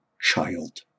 child